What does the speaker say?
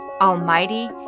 almighty